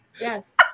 Yes